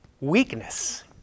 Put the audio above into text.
weakness